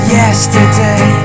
yesterday